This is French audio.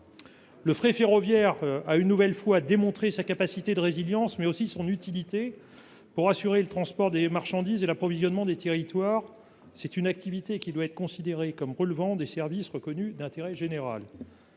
Le fret ferroviaire a une nouvelle fois démontré sa capacité de résilience et son utilité pour assurer le transport des marchandises et l'approvisionnement des territoires. Cette activité doit être considérée comme relevant des services reconnus d'intérêt général.